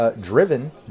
driven